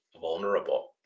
vulnerable